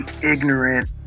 ignorant